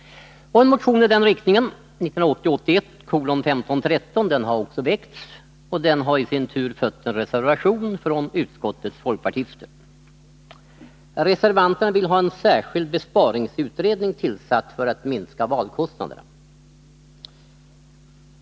En motion i den riktningen — 1980/81:1513 — har också väckts. Den har i sin tur fött en reservation från utskottets folkpartister. Reservanterna vill ha en särskild besparingsutredning för att minska valkostnaderna.